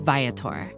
Viator